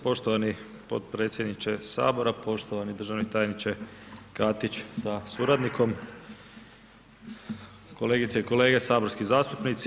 Poštovani potpredsjedniče Sabora, poštovani državni tajniče Katić sa suradnikom, kolegice i kolege saborski zastupnici.